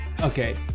Okay